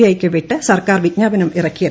ഐയ്ക്ക് വിട്ട് സർക്കാർ വിജ്ഞാപനം ഇറക്കിയത്